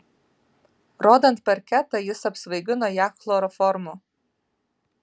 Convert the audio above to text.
rodant parketą jis apsvaigino ją chloroformu